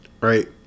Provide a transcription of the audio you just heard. right